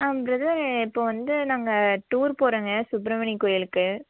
ஆ brother இப்போ வந்து நாங்கள் டூர் போகறோங்க சுப்பிரமணி கோயிலுக்கு